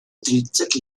тридцать